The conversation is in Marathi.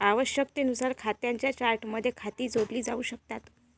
आवश्यकतेनुसार खात्यांच्या चार्टमध्ये खाती जोडली जाऊ शकतात